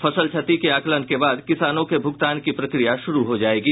फसल क्षति के आकलन के बाद किसानों के भुगतान की प्रक्रिया शुरू हो जायेगी